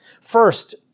First